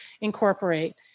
incorporate